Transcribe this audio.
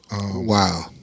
Wow